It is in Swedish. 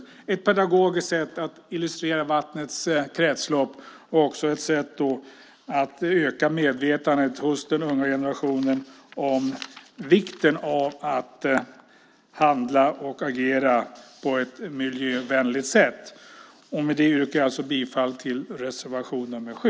Det är ett pedagogiskt sätt att illustrera vattnets kretslopp och också öka medvetenheten hos den unga generationen om vikten av att handla och agera på ett miljövänligt sätt. Med detta yrkar jag bifall till reservation nr 7.